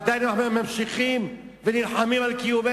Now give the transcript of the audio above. שאנחנו עדיין במצב חירום.